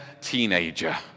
teenager